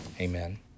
amen